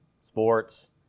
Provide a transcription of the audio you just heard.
sports